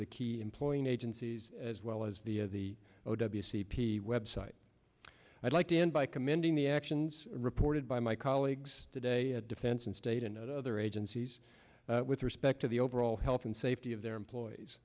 the key employing agencies as well as the of the o w c p website i'd like to end by commending the actions reported by my colleagues today at defense and state and other agencies with respect to the overall health and safety of their employees